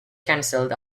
cancelled